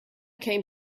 came